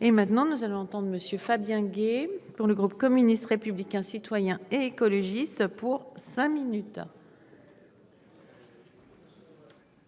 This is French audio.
Et maintenant nous allons monsieur Fabien Gay pour le groupe communiste, républicain, citoyen et écologiste pour cinq minutes.